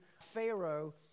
Pharaoh